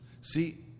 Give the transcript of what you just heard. See